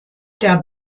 der